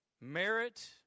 Merit